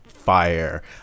fire